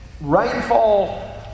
rainfall